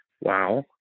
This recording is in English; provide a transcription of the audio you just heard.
Wow